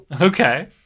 Okay